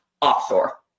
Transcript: offshore